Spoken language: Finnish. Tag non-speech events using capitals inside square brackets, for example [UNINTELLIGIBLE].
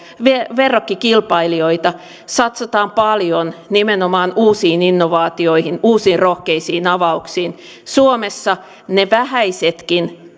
verrokkikilpailijoitamme satsataan paljon nimenomaan uusiin innovaatioihin uusiin rohkeisiin avauksiin suomessa ne vähäisetkin [UNINTELLIGIBLE]